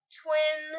twin